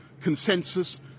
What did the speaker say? consensus